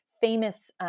famous